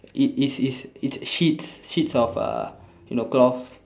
it is is it's sheets sheets of uh you know cloth